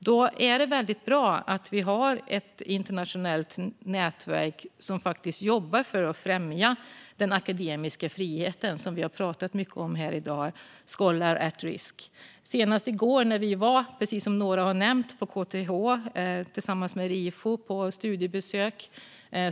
Då är det väldigt bra att vi har ett internationellt nätverk, alltså Scholars at Risk, som faktiskt jobbar för att främja den akademiska friheten, vilket vi har pratat mycket om här i dag. Senast i går var vi på studiebesök på KTH, som några har nämnt, tillsammans med Rifo.